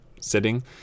sitting